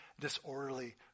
disorderly